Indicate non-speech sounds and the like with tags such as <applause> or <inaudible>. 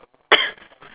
<coughs>